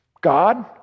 God